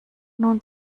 nun